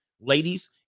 Ladies